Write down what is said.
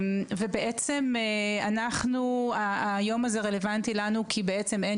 בעצם היום הזה רלוונטי לנו כי בעצם אין